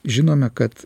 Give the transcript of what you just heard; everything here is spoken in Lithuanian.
žinome kad